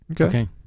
Okay